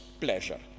pleasure